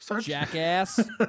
jackass